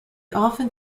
often